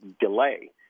delay